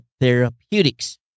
Therapeutics